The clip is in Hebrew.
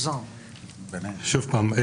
שוב פעם.